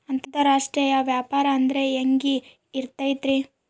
ಅಂತರಾಷ್ಟ್ರೇಯ ವ್ಯಾಪಾರ ಅಂದ್ರೆ ಹೆಂಗಿರ್ತೈತಿ?